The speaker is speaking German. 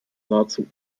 nahezu